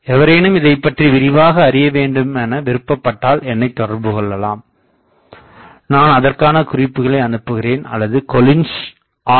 எவரேனும் இதைப்பற்றி விரிவாக அறியவேண்டுமென விருப்பபட்டால் என்னைத் தொடர்புகொள்ளலாம் நான் அதற்கான குறிப்புக்களை அனுப்புகிறேன் அல்லது கொல்லின்ஸ் R